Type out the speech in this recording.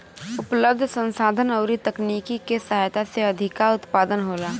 उपलब्ध संसाधन अउरी तकनीकी के सहायता से अधिका उत्पादन होला